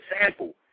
sample